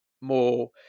more